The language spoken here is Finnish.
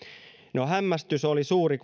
no hämmästys oli suuri